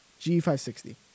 G560